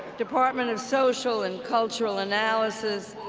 department of social and cultural analysis,